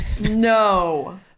No